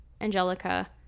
angelica